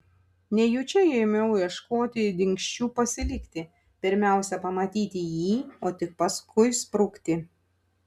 nejučia ėmiau ieškoti dingsčių pasilikti pirmiausia pamatyti jį o tik paskui sprukti